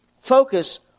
Focus